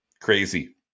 Crazy